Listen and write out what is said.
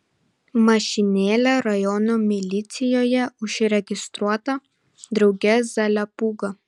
mašinėlė rajono milicijoje užregistruota drauge zaliapūga